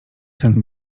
ten